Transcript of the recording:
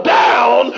down